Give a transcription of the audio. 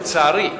לצערי,